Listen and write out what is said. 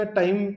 time